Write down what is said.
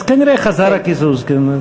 אז כנראה חזר הקיזוז.